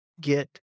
get